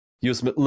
use